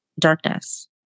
darkness